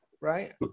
Right